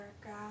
God